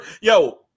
Yo